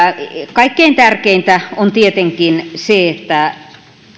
kaikkein tärkeintä on tietenkin se että